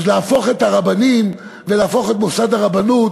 אז להפוך את הרבנים ולהפוך את מוסד הרבנות,